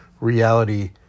reality